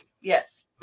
Yes